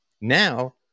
Now